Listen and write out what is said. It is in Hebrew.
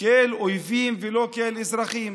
כאל אויבים ולא כאל אזרחים,